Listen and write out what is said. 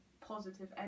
positive